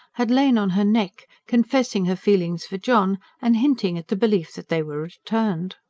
had lain on her neck, confessing her feelings for john and hinting at the belief that they were returned.